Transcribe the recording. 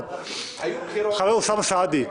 חבר הכנסת אוסאמה סעדי,